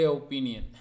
opinion